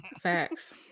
Facts